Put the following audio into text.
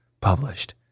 published